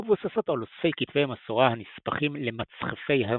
המבוססות על אוספי כתבי מסורה הנספחים למצחפי המסורה,